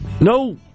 No